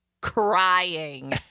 crying